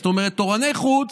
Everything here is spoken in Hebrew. זאת אומרת, תורני חוץ,